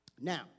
Now